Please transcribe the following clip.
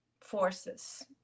forces